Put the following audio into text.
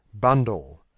bundle